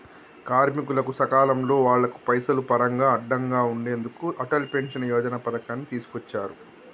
కార్మికులకు సకాలంలో వాళ్లకు పైసలు పరంగా అండగా ఉండెందుకు అటల్ పెన్షన్ యోజన పథకాన్ని తీసుకొచ్చారు